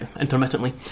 intermittently